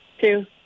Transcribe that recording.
two